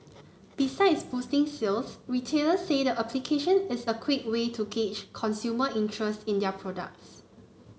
besides boosting sales retailers say the application is a quick way to gauge consumer interest in their products